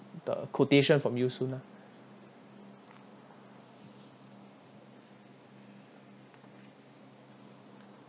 the quotation from you soon lah